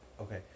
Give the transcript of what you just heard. okay